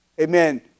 Amen